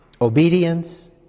obedience